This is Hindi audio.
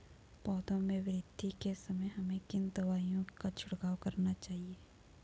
पौधों में वृद्धि के समय हमें किन दावों का छिड़काव करना चाहिए?